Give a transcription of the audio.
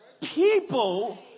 People